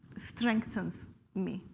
strengthens me,